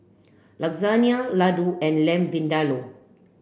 Lasagne Ladoo and Lamb Vindaloo